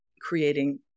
creating